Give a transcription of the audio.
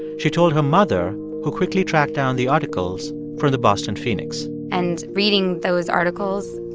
she told her mother, who quickly tracked down the articles from the boston phoenix and reading those articles